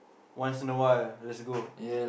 once in a while let's go